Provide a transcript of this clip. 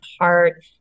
heart